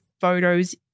photos